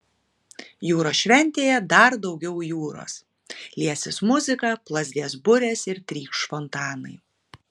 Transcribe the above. jūros šventėje dar daugiau jūros liesis muzika plazdės burės ir trykš fontanai